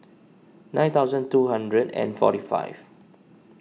nine thousand two hundred and forty five